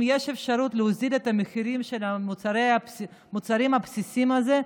אם יש אפשרות להוזיל את מחירי המוצרים הבסיסיים האלו,